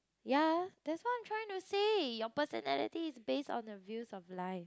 ya that's what I'm trying to say your personality is based on the views of life